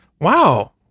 Wow